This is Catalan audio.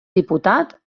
diputat